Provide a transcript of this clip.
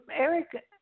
Eric